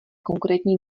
konkrétní